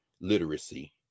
Literacy